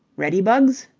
ready, bugs?